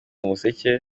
umuseke